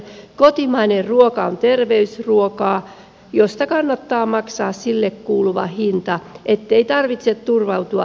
kotimainen ruoka on terveysruokaa josta kannattaa maksaa sille kuuluva hinta ettei tarvitse turvautua vitamiinipurkkeihin